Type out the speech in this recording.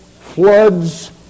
floods